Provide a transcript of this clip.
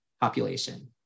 population